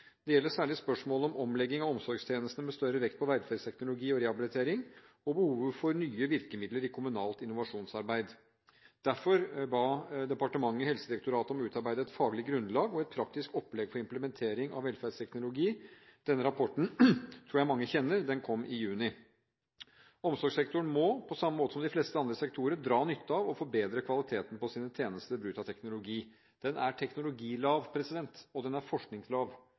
Det gjelder særlig spørsmålet om omlegging av omsorgstjenestene, med større vekt på velferdsteknologi og rehabilitering, og behovet for nye virkemidler i kommunalt innovasjonsarbeid. Derfor ba departementet Helsedirektoratet om å utarbeide et faglig grunnlag og et praktisk opplegg for implementering av velferdsteknologi. Denne rapporten tror jeg mange kjenner. Den kom i juni. Omsorgssektoren må, på samme måte som de fleste andre sektorer, dra nytte av og forbedre kvaliteten på sine tjenester ved bruk av teknologi. Sektoren er teknologilav, og den er forskningslav.